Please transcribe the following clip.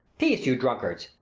peace, you drunkards!